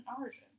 origin